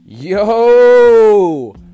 Yo